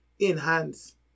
enhance